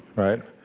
right?